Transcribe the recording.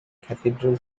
cathedral